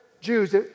Jews